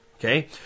Okay